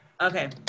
Okay